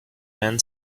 man